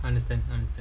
understand understand